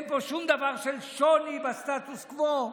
אין פה שום דבר של שוני בסטטוס קוו.